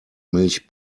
milch